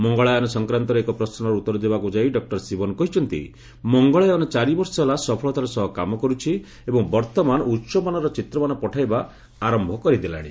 ମଙ୍ଗଳାୟନ ସଂକ୍ରାନ୍ତରେ ଏକ ପ୍ରଶ୍ନର ଉତ୍ତର ଦେବାକୁ ଯାଇ ଡକ୍ଟର ଶିବନ କହିଛନ୍ତି ମଙ୍ଗଳାୟନ ଚାରି ବର୍ଷ ହେଲା ସଫଳତାର ସହ କାମ କରୁଛି ଏବଂ ବର୍ତ୍ତମାନ ଉଚ୍ଚମାନର ଚିତ୍ରମାନ ପଠାଇବା ଆରମ୍ଭ କରିଦେଲାଣି